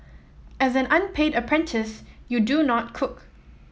as an unpaid apprentice you do not cook